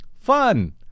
Fun